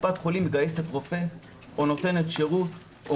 כשקופת חולים מגייסת רופא או נותנת שירות או